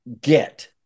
get